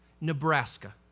Nebraska